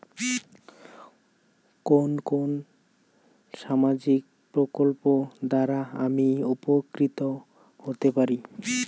কোন কোন সামাজিক প্রকল্প দ্বারা আমি উপকৃত হতে পারি?